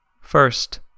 First